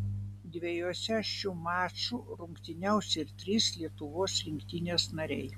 dviejuose šių mačų rungtyniaus ir trys lietuvos rinktinės nariai